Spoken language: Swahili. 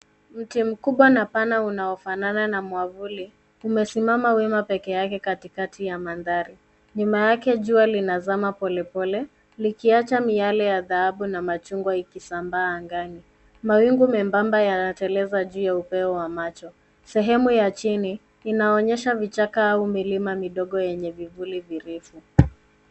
Mti mkubwa na pana unaofanana na mwavuli umesimama wima peke yake katikati ya mandhari. Nyuma yake jua linazama polepole likiacha miale ya dhahabu na machungwa ikisambaa angani. Mawingu membamba yanateleza juu ya upeo wa macho. Sehemu ya chini inaonyesha vichaka au milima midogo yenye vivuli virefu.